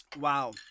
wow